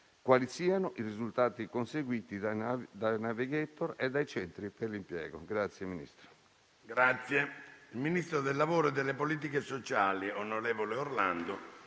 quali siano i risultati conseguiti dai navigator e dai centri per l'impiego. PRESIDENTE. Il ministro del lavoro e delle politiche sociali, onorevole Orlando,